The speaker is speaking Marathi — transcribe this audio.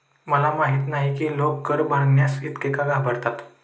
मला माहित नाही की लोक कर भरण्यास इतके का घाबरतात